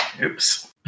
Oops